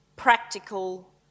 practical